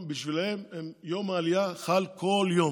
בשבילם יום העלייה חל כל יום,